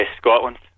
Scotland